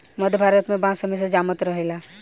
मध्य भारत में बांस हमेशा जामत रहेला